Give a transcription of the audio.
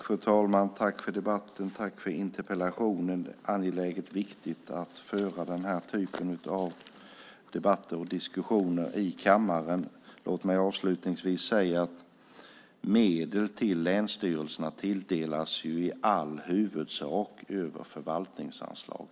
Fru talman! Jag tackar för debatten. Det är angeläget att föra denna typ av debatter och diskussioner i kammaren. Låt mig avslutningsvis säga att medel till länsstyrelserna tilldelas i huvudsak över förvaltningsanslag.